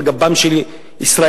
על גבם של ישראל,